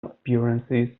appearances